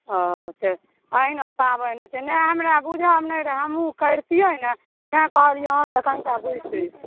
ओ अहिना पाबनि होइ छै नहि हमरा बुझल नहि रहय हमहूँ करितियै ने तैं कहलियै अहाँसँ कनीटा बुझि लै छी